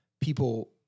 people